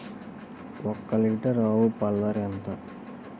ఒక్క లీటర్ ఆవు పాల ధర ఎంత?